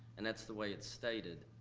and that's the way it's stated,